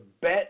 bet